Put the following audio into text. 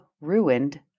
ruined